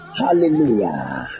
hallelujah